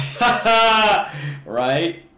right